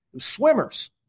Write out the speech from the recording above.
Swimmers